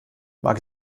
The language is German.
mag